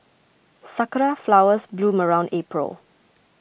sakura flowers bloom around April